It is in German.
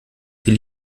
die